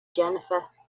jennifer